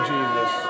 Jesus